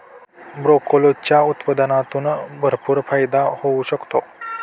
ब्रोकोलीच्या उत्पादनातून भरपूर फायदा होऊ शकतो